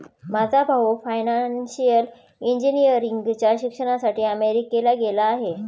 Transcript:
माझा भाऊ फायनान्शियल इंजिनिअरिंगच्या शिक्षणासाठी अमेरिकेला गेला आहे